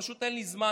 פשוט אין לי זמן,